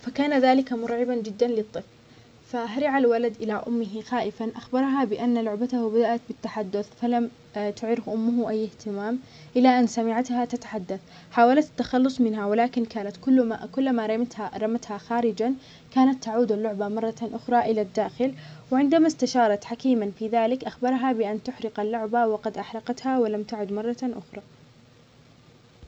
فكان ذلك مرعبًا جدا للطفل. فهرع الولد الى امه خائفا اخبرها بان لعبته بدأت بالتحدث فلم تعره امه اي اهتمام الى ان سمعتها تتحدث حاولت التخلص منها ولكن كانت كلما رمتها رمتها خارجا كانت تعود اللعبة مرة اخرى الى الداخل وعندما استشارت حكيما في ذلك اخبرها بان تحرق اللعبة وقد احرقتها ولم تعد مرة اخرى.